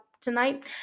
tonight